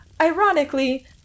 ironically